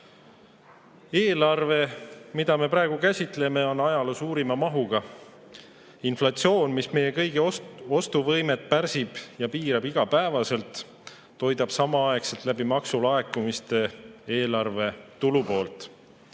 Eelarve, mida me praegu käsitleme, on ajaloo suurima mahuga. Inflatsioon, mis meie kõigi ostuvõimet pärsib ja igapäevaselt piirab, samaaegselt toidab maksulaekumistega eelarve tulupoolt.